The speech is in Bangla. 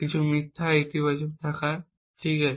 কিছু মিথ্যা ইতিবাচক থাকা ঠিক আছে